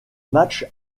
match